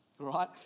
right